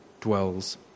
dwells